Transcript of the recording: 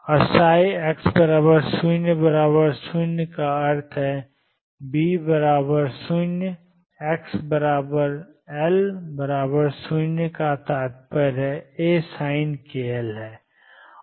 और x00 का अर्थ है B0 xL0 का तात्पर्य A sin kL है